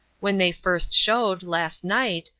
when they first showed, last night,